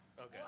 Okay